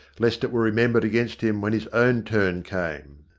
lest it were remembered against him when his own turn came.